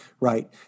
Right